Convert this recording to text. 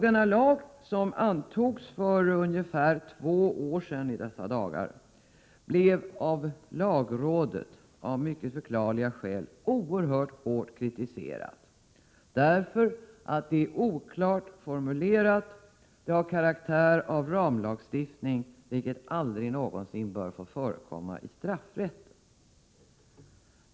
Denna lag, som antogs för i dessa dagar ungefär två år sedan, blev av mycket förklarliga skäl oerhört kritiserad av lagrådet — den är oklart formulerad, och den har karaktär av ramlagstiftning, vilket aldrig någonsin bör få förekomma i straffrätt.